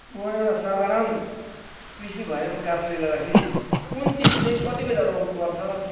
म एउटा साधारण कृषि भएको कारणले गर्दाखेरि कुन चिज चाहिँ कति बेला रोप्नुपर्छ